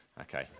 Okay